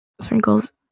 Sprinkles